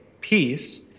peace